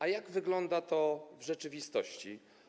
A jak wygląda to w rzeczywistości?